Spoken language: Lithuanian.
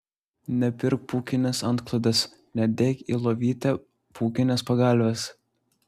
nepirk pūkinės antklodės nedėk į lovytę pūkinės pagalvės